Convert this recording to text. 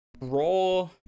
Raw